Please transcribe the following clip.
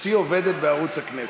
אשתי עובדת בערוץ הכנסת.